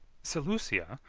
seleucia,